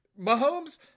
Mahomes